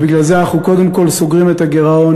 ובגלל זה אנחנו קודם כול סוגרים את הגירעון,